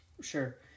Sure